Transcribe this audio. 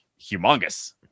humongous